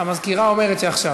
המזכירה אומרת שעכשיו.